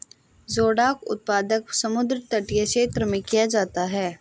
जोडाक उत्पादन समुद्र तटीय क्षेत्र में किया जाता है